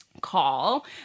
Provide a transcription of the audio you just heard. Call